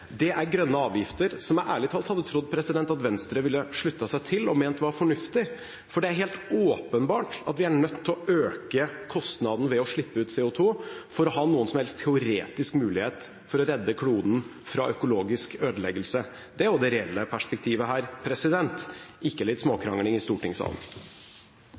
det er grønne avgifter, som jeg ærlig talt hadde trodd at Venstre ville sluttet seg til og ment var fornuftig. For det er helt åpenbart at vi er nødt til å øke kostnaden ved å slippe ut CO2 for å ha noen som helst teoretisk mulighet for å redde kloden fra økologisk ødeleggelse. Det er det reelle perspektivet her – ikke litt småkrangling i stortingssalen.